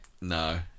No